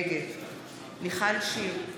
נגד מיכל שיר,